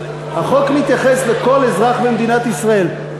לכל אזרח במדינת ישראל.